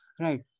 right